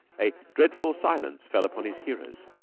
a dreadful silence fell upon his hearers.